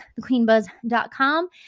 thequeenbuzz.com